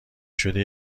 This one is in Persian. شده